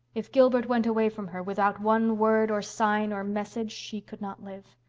if gilbert went away from her, without one word or sign or message, she could not live.